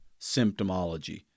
symptomology